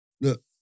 look